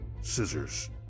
scissors